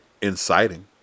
inciting